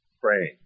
praying